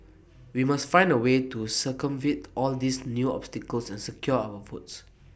we must find A way to circumvent all these new obstacles and secure our votes